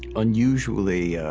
unusually, ah.